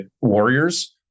Warriors